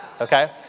okay